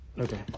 Okay